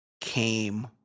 came